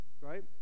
right